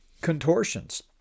contortions